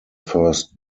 first